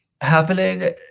happening